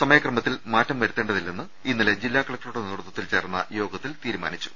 സമയക്രമത്തിൽ മാറ്റം വരുത്തേണ്ട തില്ലെന്ന് ഇന്നലെ ജില്ലാകലക്ടറുടെ നേതൃത്വത്തിൽ ചേർന്ന യോഗത്തിൽ തീരുമാനിച്ചു